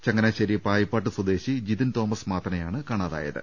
ചങ്ങനാശ്ശേരി പായിപ്പാട്ട് സ്വദേശി ജിതിൻ തോമസ് മാത്തനെയാണ് കാണാതാ യത്